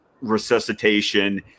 resuscitation